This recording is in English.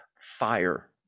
fire